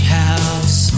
house